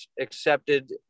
accepted